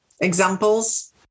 examples